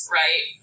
right